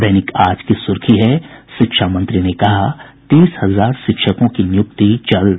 दैनिक आज की सुर्खी है शिक्षा मंत्री ने कहा तीस हजार शिक्षकों की नियुक्ति जल्द